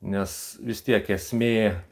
nes vis tiek esmė